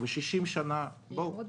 זה 60 שנה, בואו.